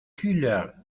couleurs